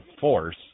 force